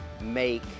make